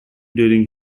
during